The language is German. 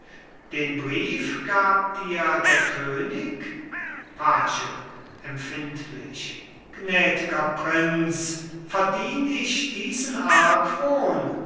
den brief gab dir der könig page empfindlich gnädger prinz verdien ich diesen